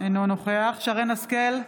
אינו נוכח שרן מרים השכל,